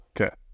Okay